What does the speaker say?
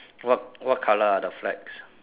what what colour are the flags